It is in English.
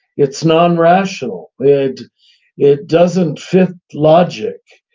it's non-rational. it it doesn't fit logic.